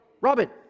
robin